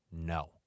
no